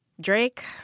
Drake –